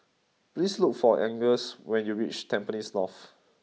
please look for Angus when you reach Tampines North